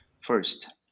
First